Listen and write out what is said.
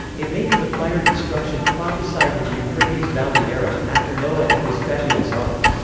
it may be the fire destruction prophesied in the euphrates valley era, after noah and his fabulous ark.